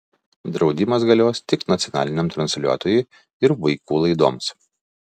draudimas galios tik nacionaliniam transliuotojui ir vaikų laidoms